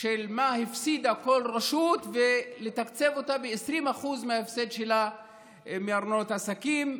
של מה הפסידה כל רשות ולתקצב אותה ב-20% מההפסד שלה מארנונת עסקים,